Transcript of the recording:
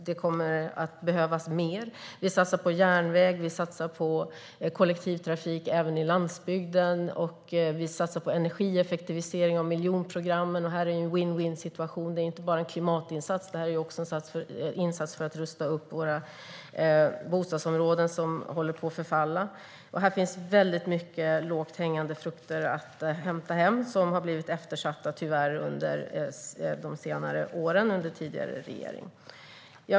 Det kommer att behövas mer. Vi satsar på järnväg, kollektivtrafik även på landsbygden och energieffektivisering av miljonprogrammen. Det är en vinn-vinnsituation då det inte bara är en klimatinsats utan också en insats för att rusta upp våra bostadsområden som håller på att förfalla. Här finns många lågt hängande frukter att plocka som tyvärr har blivit eftersatta på senare år under tidigare regering.